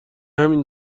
همین